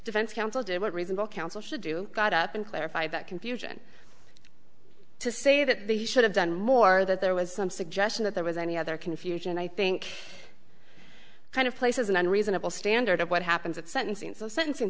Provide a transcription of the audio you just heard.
defense counsel did what reasonable counsel should do got up and clarify that confusion to say that they should have done more that there was some suggestion that there was any other confusion i think kind of places and a reasonable standard of what happens at sentencing so sentencing